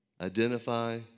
identify